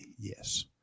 yes